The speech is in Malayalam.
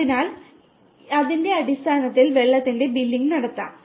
അതിനാൽ അതിന്റെ അടിസ്ഥാനത്തിൽ വെള്ളത്തിന്റെ ബില്ലിംഗ് നടത്താം